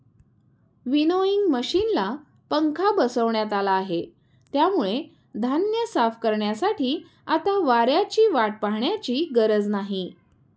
winnowing मशिनला पंखा बसवण्यात आला आहे, त्यामुळे धान्य साफ करण्यासाठी आता वाऱ्याची वाट पाहण्याची गरज नाही